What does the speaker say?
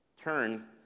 turn